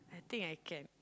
I think I can